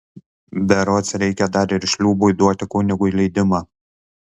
berods reikia dar ir šliūbui duoti kunigui leidimą